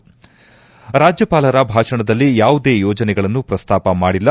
ಧ್ವನಿ ರಾಜ್ಯಪಾಲರ ಭಾಷಣದಲ್ಲಿ ಯಾವುದೇ ಯೋಜನೆಗಳನ್ನು ಪ್ರಸ್ತಾಪ ಮಾಡಿಲ್ಲ